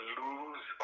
lose